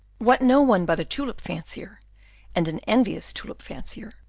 what no one but a tulip-fancier, and an envious tulip-fancier,